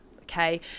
okay